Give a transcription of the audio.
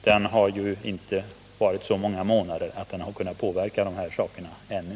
Den har ju inte suttit så många månader att den kunnat påverka dessa saker ännu.